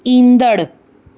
ईंदड़ु